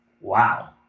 wow